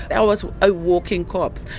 i was a walking corpse.